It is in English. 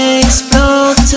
explode